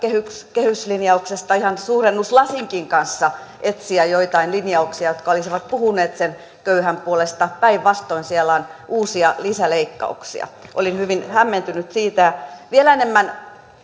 kehyslinjauksesta ihan suurennuslasinkin kanssa etsiä joitain linjauksia jotka olisivat puhuneet sen köyhän puolesta päinvastoin siellä on uusia lisäleikkauksia olin hyvin hämmentynyt siitä vielä enemmän